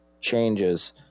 changes